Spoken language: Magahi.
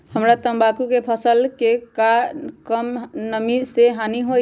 हमरा तंबाकू के फसल के का कम नमी से हानि होई?